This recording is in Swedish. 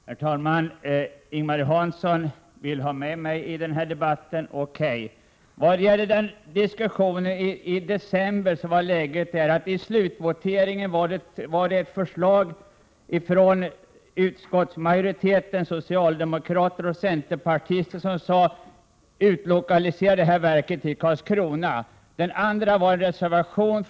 Herr talman! Ing-Marie Hansson vill att jag skall delta i denna debatt. Okej. Vad gäller diskussionen i december förhöll det sig så att kammaren vid slutvoteringen beslöt att bifalla ett förslag från utskottsmajoritetens socialdemokrater och centerpartister som innebar att verket skulle utlokaliseras till Karlskrona.